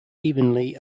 evenly